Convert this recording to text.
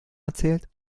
erzählt